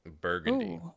Burgundy